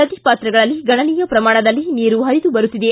ನದಿ ಪಾತ್ರಗಳಲ್ಲಿ ಗಣನೀಯ ಶ್ರಮಾಣದಲ್ಲಿ ನೀರು ಹರಿದು ಬರುತ್ತಿದೆ